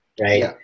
Right